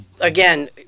again